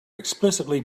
excitedly